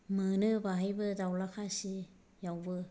मोनो बेहायबो दावला खासियावबो